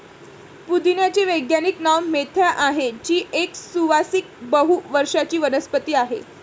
पुदिन्याचे वैज्ञानिक नाव मेंथा आहे, जी एक सुवासिक बहु वर्षाची वनस्पती आहे